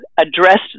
addressed